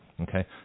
Okay